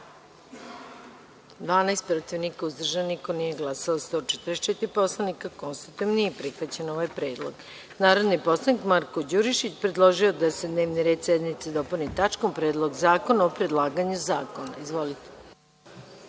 12, protiv – niko, uzdržanih – nema, nije glasalo 144 poslanika. Konstatujem da nije prihvaćen ovaj predlog. Narodni poslanik Marko Đurišić predložio je da se dnevni red sednice dopuni tačkom Predlog zakona o predlaganju zakona. Izvolite.